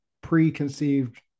preconceived